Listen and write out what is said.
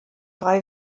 drei